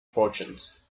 portions